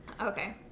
Okay